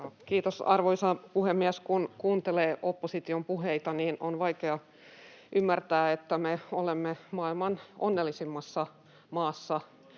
Kiitos, arvoisa puhemies! Kun kuuntelee opposition puheita, niin on vaikea ymmärtää, että me olemme maailman onnellisimmassa maassa